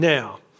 Now